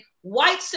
white